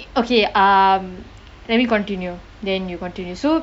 okay uh let me continue then you continue so